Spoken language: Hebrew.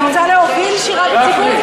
את רוצה להוביל שירה בציבור?